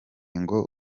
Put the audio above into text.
ngo